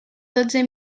dotze